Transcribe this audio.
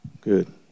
Good